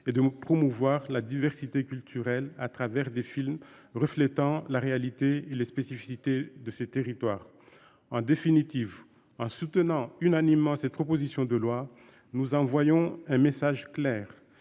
et de promouvoir la diversité culturelle à travers des films reflétant la réalité et les spécificités de ces territoires en définitive ah soutenant unanimement cette proposition de loi. Nous envoyons un message clair,